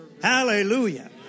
Hallelujah